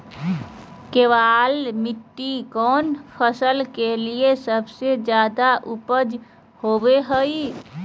केबाल मिट्टी कौन फसल के लिए सबसे ज्यादा उपजाऊ होबो हय?